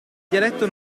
dialetto